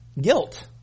guilt